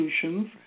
solutions